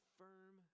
firm